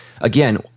again